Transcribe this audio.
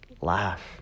Laugh